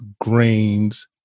grains